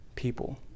People